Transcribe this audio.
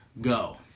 go